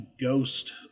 ghost